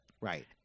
right